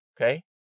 okay